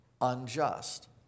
unjust